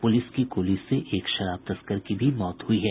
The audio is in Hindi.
पुलिस की गोली से एक शराब तस्कर की भी मौत हुई है